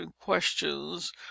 questions